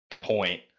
point